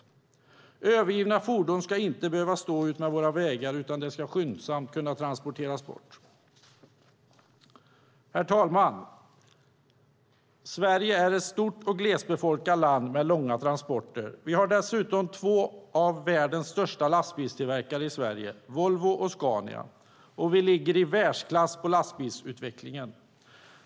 Övergivna fordon ska inte stå utmed våra vägar utan de ska skyndsamt transporteras bort. Herr talman! Sverige är ett stort och glesbefolkat land med långa transportvägar. Dessutom finns två av världens största lastbilstillverkare i Sverige, Volvo och Scania. Vi ligger i världsklass med lastbilsutvecklingen.